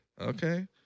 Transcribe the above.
okay